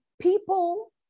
people